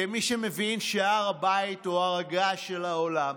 כמי שמבין שהר הבית הוא הר הגעש של העולם.